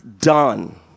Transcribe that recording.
done